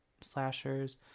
slashers